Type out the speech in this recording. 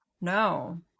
No